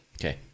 okay